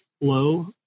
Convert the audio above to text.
flow